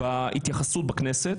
חבורת חברי הכנסת.